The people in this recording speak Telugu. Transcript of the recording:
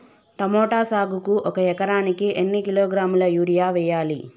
టమోటా సాగుకు ఒక ఎకరానికి ఎన్ని కిలోగ్రాముల యూరియా వెయ్యాలి?